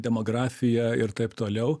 demografija ir taip toliau